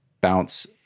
bounce